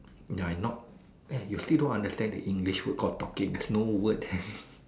ya you not eh you still don't understand the English word called talking there is no word there